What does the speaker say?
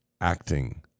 acting